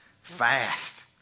fast